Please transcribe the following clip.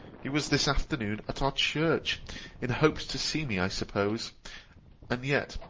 he was this afternoon at our church in hopes to see me, i suppose and yet,